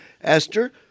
Esther